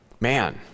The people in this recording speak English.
Man